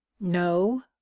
no